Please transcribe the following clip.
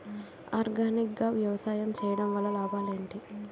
Organic గా వ్యవసాయం చేయడం వల్ల లాభాలు ఏంటి?